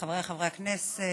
חבריי חברי הכנסת,